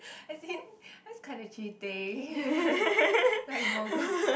as in that's kind of cheating like